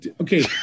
okay